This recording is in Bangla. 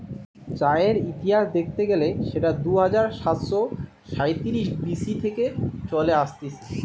চায়ের ইতিহাস দেখতে গেলে সেটা দুই হাজার সাতশ সাইতিরিশ বি.সি থেকে চলে আসতিছে